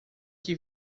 que